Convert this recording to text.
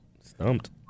Stumped